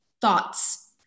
thoughts